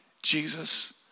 Jesus